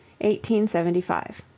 1875